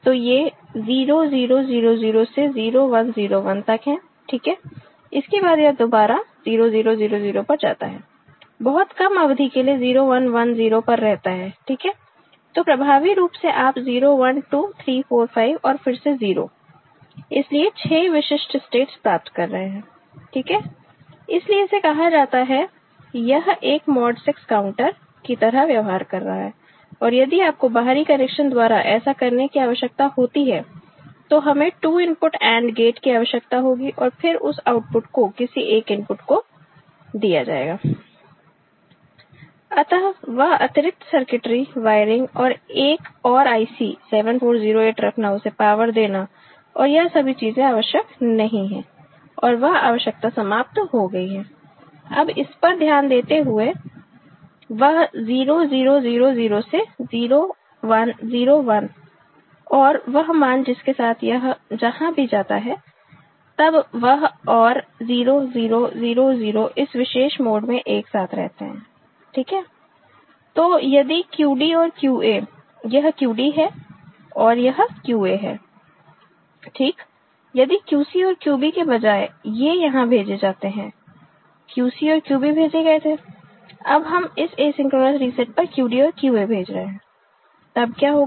तो ये 0 0 0 0 से 0 1 0 1 तक हैं ठीक है इसके बाद यह दोबारा 0 0 0 0 पर जाता है बहुत कम अवधि के लिए 0 1 1 0 पर रहता है ठीक है तो प्रभावी रूप से आप 0 1 2 3 4 5 और फिर से 0 इसलिए 6 विशिष्ट स्टेट्स प्राप्त कर रहे हैं ठीक है इसलिए इसे कहा जाता है यह एक मॉड 6 काउंटर की तरह व्यवहार कर रहा है और यदि आपको बाहरी कनेक्शन द्वारा ऐसा करने की आवश्यकता होती है तो हमें 2 इनपुट AND गेट की आवश्यकता होगी और फिर उस आउटपुट को किसी एक इनपुट को दिया जाएगा अतः वह अतिरिक्त सर्किटरी वायरिंग और एक और IC 7408 रखना उसे पावर देना और यह सभी चीजें आवश्यक नहीं है और वह आवश्यकता समाप्त हो गई है अब इस पर ध्यान देते हुए वह 0 0 0 0 से 0 1 0 1 और वह मान जिसके साथ यह जहां भी जाता है तब वह और 0 0 0 0 इस विशेष मोड में एक साथ रहते हैं ठीक है तो यदि QD और QA यह QD है और यह QA है ठीक यदि QC और QB के बजाय ये यहां भेजे जाते हैं QC और QB भेजे गए थे अब हम इस एसिंक्रोनस रीसेट पर QD और QA भेज रहे हैं तब क्या होगा